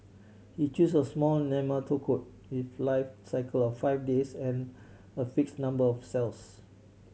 he chose a small nematode if life cycle of five days and a fix number of cells